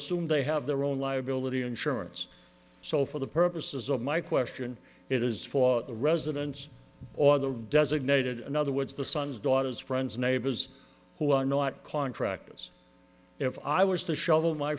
assume they have their own liability insurance so for the purposes of my question it is for the residents or the designated in other words the sons daughters friends neighbors who are not contractors if i was to shovel my